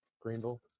Greenville